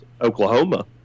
Oklahoma